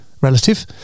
relative